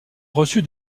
reçu